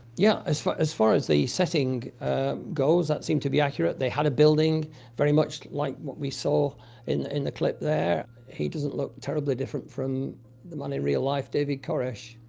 yeah, as far as far as the setting goes, that seemed to be accurate. they had a building very much like what we saw in in the clip there. he doesn't look terribly different from the man in real life, david koresh,